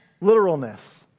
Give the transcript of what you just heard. literalness